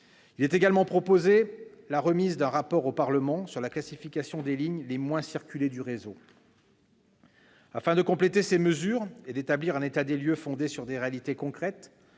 Est également proposée la remise d'un rapport au Parlement sur la classification des lignes les moins circulées du réseau. Afin de compléter ces mesures et d'établir un état des lieux fondé sur des réalités concrètes,